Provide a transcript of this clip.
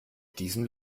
diesen